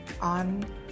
on